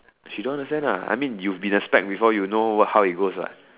she don't understand ah I mean you've been a spec before what how you goes what